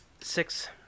six